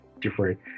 different